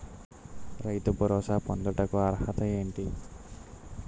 రైతు భరోసా పొందుటకు అర్హత ఏంటి?